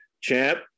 champ